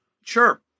sure